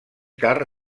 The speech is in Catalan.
car